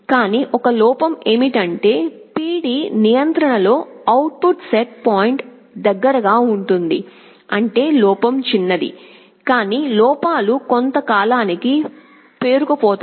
కానీ ఒక లోపం ఏమిటంటే పిడి నియంత్రణలో అవుట్పుట్ సెట్ పాయింట్కు దగ్గరగా ఉంటుంది అంటే లోపం చిన్నది కానీ లోపాలు కొంత కాలానికి పేరుకుపోతాయి